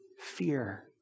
fear